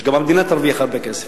ושגם המדינה תרוויח הרבה כסף.